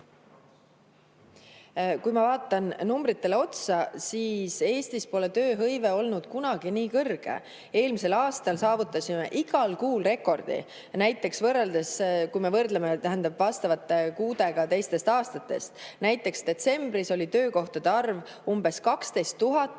kui ma vaatan numbritele otsa, siis näen, et Eestis pole tööhõive olnud kunagi nii kõrge. Eelmisel aastal saavutasime igal kuul rekordi, kui me võrdleme samade kuudega teistest aastatest. Näiteks detsembris oli töökohtade arv umbes 12 000